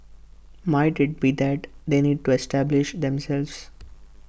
might IT be that they need to establish themselves